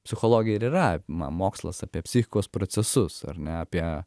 psichologija ir yra ma mokslas apie psichikos procesus ar ne apie